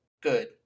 good